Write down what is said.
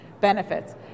benefits